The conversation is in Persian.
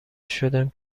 شدم